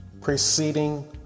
preceding